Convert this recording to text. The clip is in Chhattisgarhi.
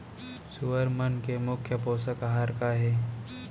सुअर मन के मुख्य पोसक आहार का हे?